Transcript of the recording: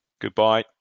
Goodbye